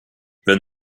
then